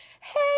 hey